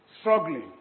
struggling